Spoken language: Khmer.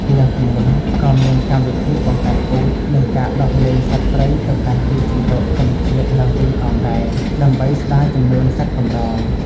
លើសពីនេះ ក៏មានកម្មវិធីបង្កាត់ពូជ និងការដោះលែងសត្វព្រៃទៅកាន់ទីជម្រកធម្មជាតិឡើងវិញផងដែរ ដើម្បីស្តារចំនួនសត្វកម្រ។